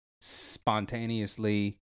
spontaneously